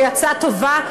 שהיא הצעה טובה,